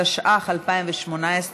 התשע"ח 2018,